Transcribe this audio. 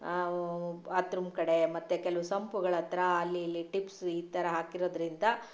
bathroom ಕಡೆ ಮತ್ತು ಕೆಲವು ಸಂಪುಗಳತ್ತಿರ ಅಲ್ಲಿ ಇಲ್ಲಿ ಟಿಪ್ಸ್ ಈ ಥರ ಹಾಕಿರೋದರಿಂದ